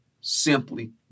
simply